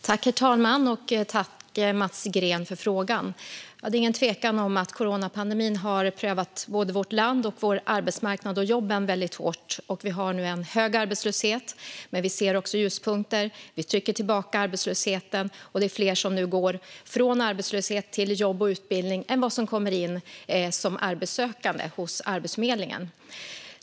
Herr talman! Jag tackar Mats Green för frågan. Det är ingen tvekan om att coronapandemin har prövat både vårt land och vår arbetsmarknad och jobben väldigt hårt. Vi har nu en hög arbetslöshet, men vi ser också ljuspunkter. Vi trycker tillbaka arbetslösheten, och det är nu fler som går från arbetslöshet till jobb och utbildning än vad som vad som kommer in som arbetssökande hos Arbetsförmedlingen.